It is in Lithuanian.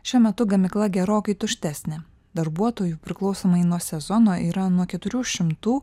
šiuo metu gamykla gerokai tuštesnė darbuotojų priklausomai nuo sezono yra nuo keturių šimtų